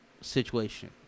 situation